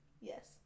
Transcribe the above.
Yes